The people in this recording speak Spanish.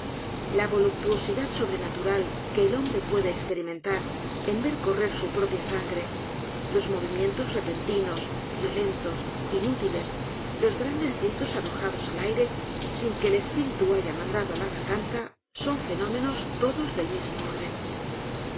la voluptuosidad sobrenatural que el hombre puede experimentar en ver correr su propia sangre los movimientos repentinos violentos inútiles los g r a n d e s gritos arrojados al aire sin que el espíritu haya mandado á la g a r g a n t a son fenómenos todos del mismo orden